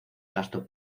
gasto